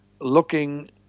looking